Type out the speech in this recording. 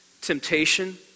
temptation